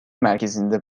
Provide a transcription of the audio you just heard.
merkezinde